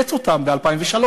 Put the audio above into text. שקיצץ אותן ב-2003,